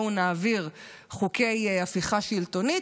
בואו נעביר חוקי הפיכה שלטונית,